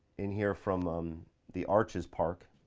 in here from the arches park.